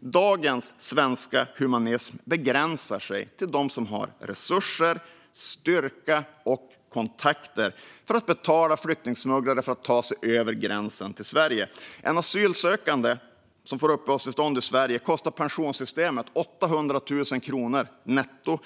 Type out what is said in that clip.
Dagens svenska humanism begränsar sig till dem som har resurser, styrka och kontakter för att betala flyktingsmugglare för att ta dem över gränsen till Sverige. En asylsökande som får uppehållstillstånd i Sverige kostar pensionssystemet 800 000 kronor netto.